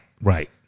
Right